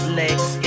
legs